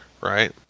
right